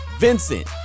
Vincent